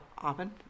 Often